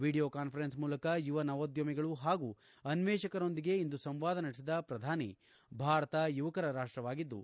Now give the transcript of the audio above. video conference ಮೂಲಕ ಯುವ ನವೋದ್ಯಮಿಗಳು ಹಾಗೂ ಅನ್ವೇಷಣಾಕಾರರೊಂದಿಗೆ ಇಂದು ಸಂವಾದ ನಡೆಸಿದ ಪ್ರಧಾನಿ ಭಾರತ ಯುವಕರ ರಾಷ್ಟವಾಗಿದ್ದು